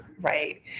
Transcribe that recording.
right